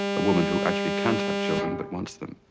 a woman who actually can't have children but wants them.